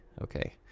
okay